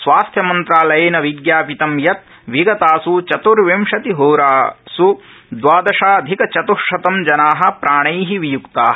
स्वास्थ्यमंत्रालयेन विज्ञापितं यत् विगतास् चत्र्विशतिहोरास् द्वादशाधिकचत्ःशतं जना प्राणै वियुक्ता